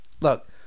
Look